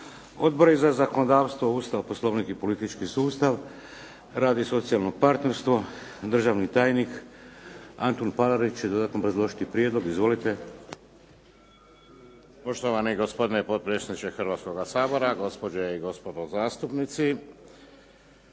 odbori za zakonodavstvo, Ustav, Poslovnik i politički sustav, rad i socijalno partnerstvo. Državni tajnik Antun Palarić će dodatno obrazložiti prijedlog. Izvolite. **Palarić, Antun** Poštovani gospodine potpredsjedniče Hrvatskoga sabora, gospođe i gospodo zastupnici.